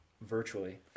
virtually